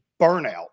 burnout